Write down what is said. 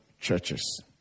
churches